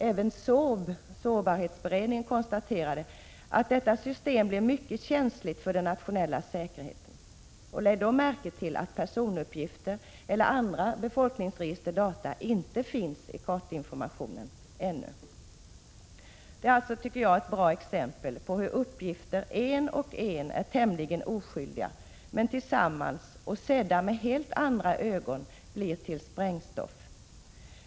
Även SÅRB, sårbarhetsberedningen, konstaterade att detta system blir mycket känsligt för den nationella säkerheten. Och lägg då märke till att personuppgifter eller andra befolkningsregisterdata inte finns i kartinformationen — ännu. Jag tycker att detta är ett bra exempel på hur uppgifter som en och en är tämligen oskyldiga men som tillsammans och sedda med helt andra ögon blir till sprängstoff.